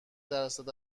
درصد